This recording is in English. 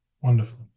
Wonderful